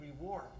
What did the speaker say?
reward